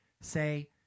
say